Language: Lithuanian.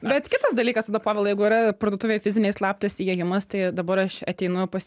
bet kitas dalykas tada povilai jeigu yra parduotuvėj fizinėj slaptas įėjimas tai dabar aš ateinu pas